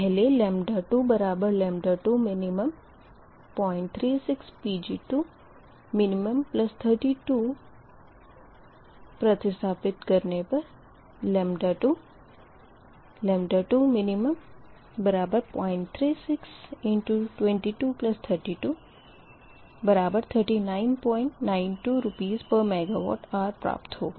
पहले 2 2min036 Pg2min32 प्रतिस्थापित करने पर 2 2min036 ×22323992 RsMWhrप्राप्त होगा